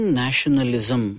nationalism